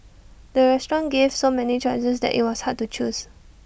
the restaurant gave so many choices that IT was hard to choose